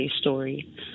story